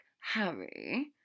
Harry